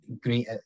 great